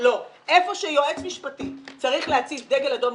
איפה שיועץ משפטי צריך להציב דגל אדום,